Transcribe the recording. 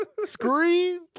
Scream